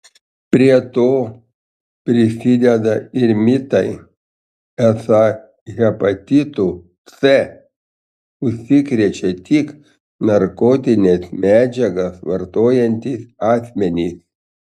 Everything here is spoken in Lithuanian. prie to prisideda ir mitai esą hepatitu c užsikrečia tik narkotines medžiagas vartojantys asmenys